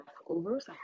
leftovers